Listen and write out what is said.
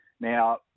Now